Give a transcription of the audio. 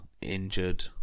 injured